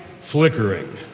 flickering